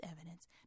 evidence